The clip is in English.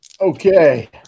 Okay